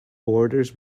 borders